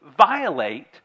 violate